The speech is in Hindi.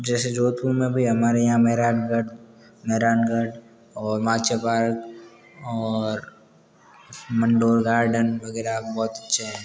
जैसे जोधपुर में भी हमारे यहाँ मेहरानगढ़ मेहरानगढ़ और माचहे पार्क और मंडोर गार्डन वगैरह बहुत अच्छे है